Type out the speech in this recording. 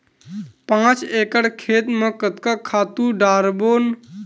पांच एकड़ खेत म कतका खातु डारबोन?